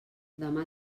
demà